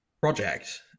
project